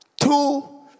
Two